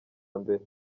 mbere